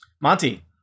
Monty